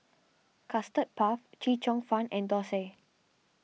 Custard Puff Chee Cheong Fun and Thosai